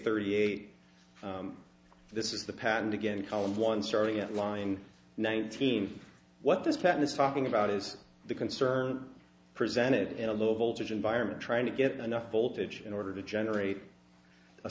thirty eight this is the patent again in column one starting at line nineteen what this pattern is talking about is the concern presented in a low voltage environment trying to get enough voltage in order to generate a